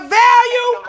value